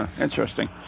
Interesting